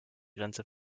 grenze